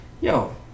yo